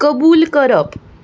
कबूल करप